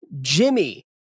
Jimmy